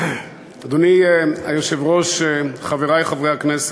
אדוני היושב-ראש, חברי חברי הכנסת,